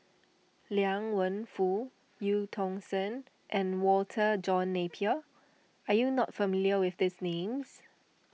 Liang Wenfu Eu Tong Sen and Walter John Napier are you not familiar with these names